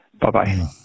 Bye-bye